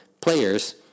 players